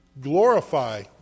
glorify